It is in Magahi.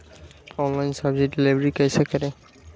ऑनलाइन सब्जी डिलीवर कैसे करें?